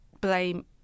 blame